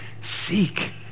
Seek